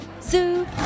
Zoo